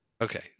okay